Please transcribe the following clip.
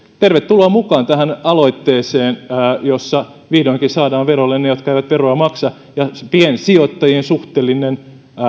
tervetuloa mukaan tähän aloitteeseen jossa vihdoinkin saadaan verolle ne jotka eivät veroa maksa ja piensijoittajien suhteellinen